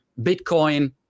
Bitcoin